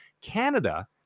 Canada